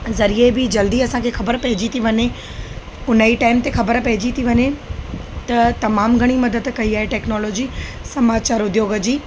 ज़रिए बि जल्दी असांखे ख़बर पइजी थी वञे उन ई टाइम ते ख़बर पइजी थी वञे त तमामु घणी मदद कई आहे टैक्नोलॉजी समाचार उद्योग जी